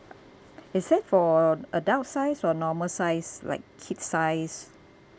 is it for adult size or normal size like kids size